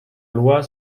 loi